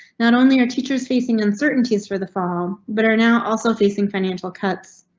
not only our teachers facing uncertainties for the fall, but are now also facing financial cuts,